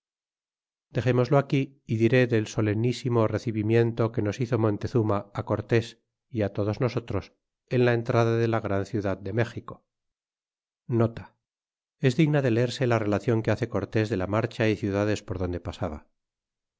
dexémoslo aquí y diré del sole recibimiento que nos hizo montezuma lt cortés y á todos nosotros en la entrada de la gran ciudad de méxico es digna de leerse la relacion que hace cortés de la marcha y ciudades por donde pasaba